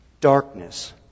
darkness